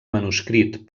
manuscrit